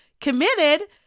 committed